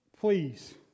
Please